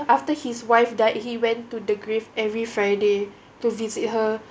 after his wife died he went to the grave every friday to visit her